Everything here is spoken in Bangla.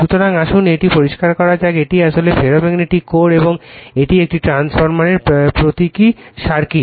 সুতরাং আসুন এটি পরিষ্কার করা যাক এটি আসলে ফেরোম্যাগনেটিক কোর এবং এটি একটি ট্রান্সফরমারের প্রতীক সার্কিট